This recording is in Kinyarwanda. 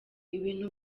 ibintu